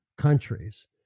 Countries